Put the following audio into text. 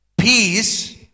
Peace